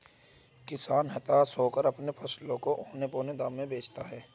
किसान हताश होकर अपने फसलों को औने पोने दाम में बेचता है